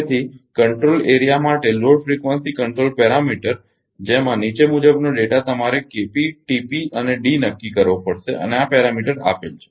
તેથી control area માટે load frequency control parameter જેમાં નીચે મુજબનો ડેટા તમારે અને D નક્કી કરવો પડશે અને આ પેરામીટર આપેલ છે